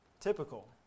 typical